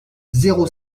zéro